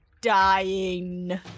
dying